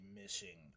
missing